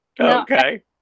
Okay